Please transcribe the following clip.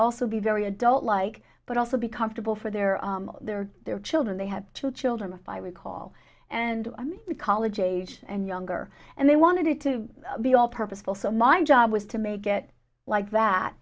also be very adult like but also be comfortable for their their their children they have two children a fire recall and i'm college age and younger and they wanted it to be all purposeful so my job was to make it like that